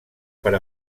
per